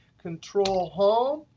control, home.